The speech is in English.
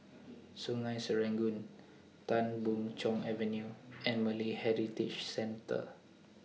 Sungei Serangoon Tan Boon Chong Avenue and Malay Heritage Centre